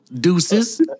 Deuces